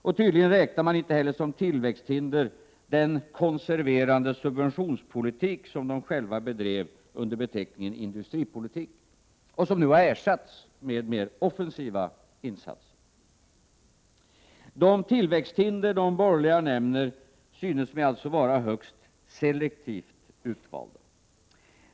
Och tydligen räknar de som tillväxthinder inte heller den konserverande subventionspolitik som de själva bedrev under beteckningen ”industripolitik” — och som nu har ersatts med mer offensiva insatser. | De ”tillväxthinder” som de borgerliga nämner synes mig alltså vara högst selektivt utvalda.